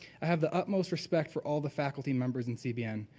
i have the utmost respect for all the faculty members in cbn.